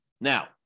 Now